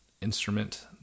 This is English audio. Instrument